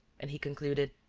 and he concluded,